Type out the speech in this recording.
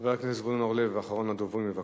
חבר הכנסת זבולון אורלב, אחרון הדוברים, בבקשה.